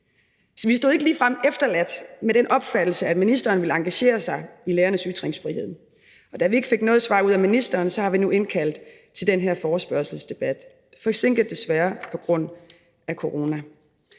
Så vi blev ikke ligefrem efterladt med den opfattelse, at ministeren ville engagere sig i lærernes ytringsfrihed. Og da vi ikke fik noget svar ud af ministeren, har vi nu indkaldt til den her forespørgselsdebat, desværre forsinket på grund af corona.